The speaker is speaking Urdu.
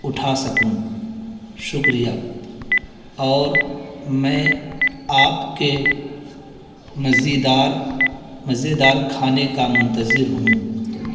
اٹھا سکوں شکریہ اور میں آپ کے مزیدار مزیدار کھانے کا منتظر ہوں